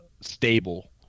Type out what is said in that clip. stable